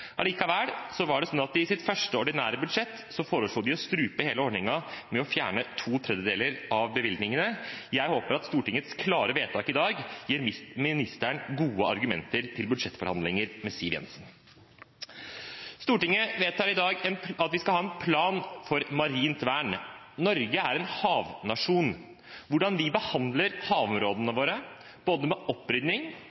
Allikevel var det sånn at de i sitt første ordinære budsjett foreslo å strupe hele ordningen ved å fjerne to tredjedeler av bevilgningene. Jeg håper at Stortingets klare vedtak i dag gir ministeren gode argumenter i budsjettforhandlinger med Siv Jensen. Stortinget vedtar i dag at vi skal ha en plan for marint vern. Norge er en havnasjon. Hvordan vi behandler havområdene